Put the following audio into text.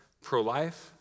pro-life